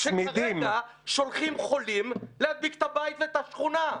כרגע שולחים חולים להדביק את הבית והשכונה.